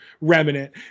remnant